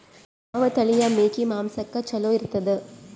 ಯಾವ ತಳಿಯ ಮೇಕಿ ಮಾಂಸಕ್ಕ ಚಲೋ ಇರ್ತದ?